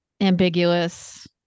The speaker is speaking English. ambiguous